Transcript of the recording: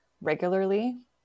regularly